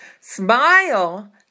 smile